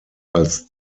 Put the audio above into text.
als